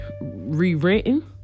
rewritten